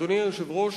אדוני היושב-ראש,